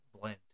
blend